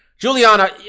Juliana